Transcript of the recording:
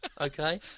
Okay